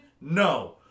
No